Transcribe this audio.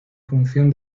función